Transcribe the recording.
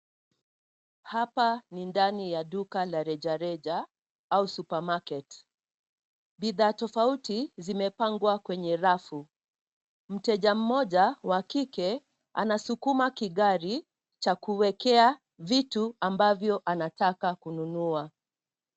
Hapa ni ndani ya duka la rejareja au supermarket , bidhaa tofauti zimepangwa kwenye rafu. Mteja mmoja wa kike anasukuma kigari cha kuwekea vitu ambavyo anataka kununua.